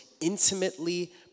intimately